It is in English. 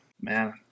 man